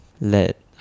let